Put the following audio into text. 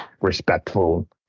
respectful